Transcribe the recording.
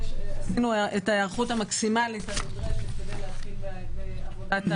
עשינו את ההיערכות המקסימלית הנדרשת כדי להתחיל בעבודת